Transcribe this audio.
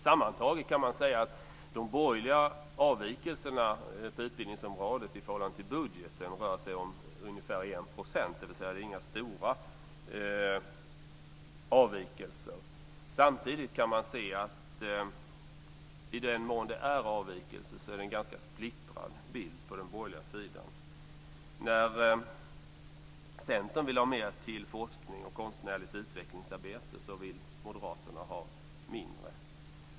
Sammantaget kan man säga att de borgerliga avvikelserna på utbildningsområdet i förhållande till budgeten rör sig om ungefär 1 %. Det är alltså inga stora avvikelser. Samtidigt kan man se att i den mån det finns avvikelser är bilden ganska splittrad på den borgerliga sidan. När Centern vill ha mer till forskning och konstnärligt utvecklingsarbete vill Moderaterna ha mindre.